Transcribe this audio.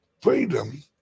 Freedom